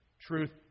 Truth